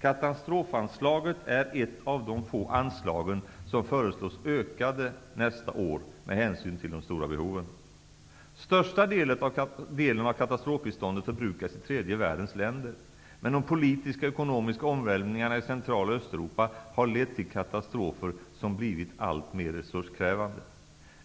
Katastrofanslaget är ett av de få anslag som föreslås utökade nästa år, med hänsyn till de stora behoven. Största delen av katastrofbiståndet förbrukas i tredje världens länder, men de politiska och ekonomiska omvälvningarna i Central och Östeuropa har lett till katastrofer som blivit allt mer resurskrävande.